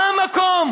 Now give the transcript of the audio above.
המקום